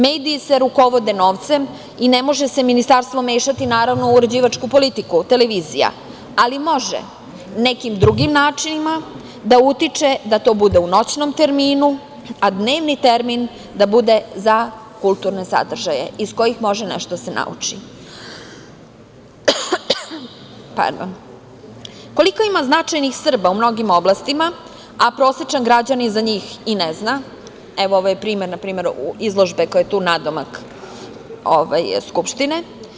Mediji se rukovode novcem i ne može se ministarstvo mešati, naravno u uređivačku politiku televizija, ali može nekim drugim načinima da utiče da to bude u noćnom terminu, a dnevni termin da bude za kulturne sadržaje, iz kojih može nešto da se nauči - koliko ima značajnih Srba u mnogim oblastima, a prosečan građanin za njih i ne zna, primer izložbe koja je tu nadomak Skupštine.